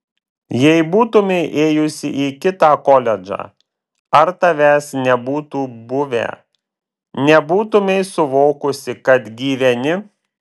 jei būtumei ėjusi į kitą koledžą ar tavęs nebūtų buvę nebūtumei suvokusi kad gyveni